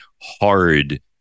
hard